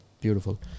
beautiful